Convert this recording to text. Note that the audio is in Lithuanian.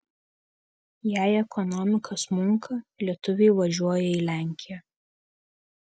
jei ekonomika smunka lietuviai važiuoja į lenkiją